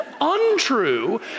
untrue